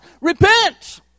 Repent